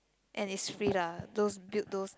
and it's free lah those build those